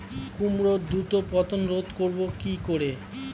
কুমড়োর দ্রুত পতন রোধ করব কি করে?